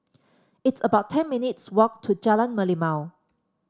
it's about ten minutes' walk to Jalan Merlimau